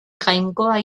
jainkoa